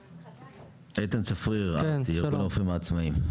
איתן צפריר יועץ ארגון הרופאים העצמאיים.